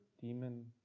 demon